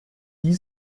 die